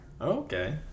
Okay